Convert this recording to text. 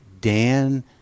Dan